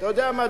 אתה יודע מה,